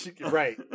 Right